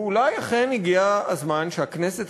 ואולי אכן הגיע הזמן שהכנסת,